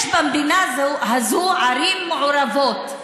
יש במדינה הזאת ערים מעורבות.